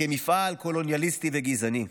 כמפעל קולוניאליסטי וגזעני.